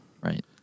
Right